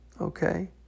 Okay